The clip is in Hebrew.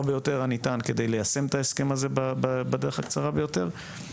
ביותר הניתן כדי ליישם את ההסכם הזה בדרך הקצרה ביותר.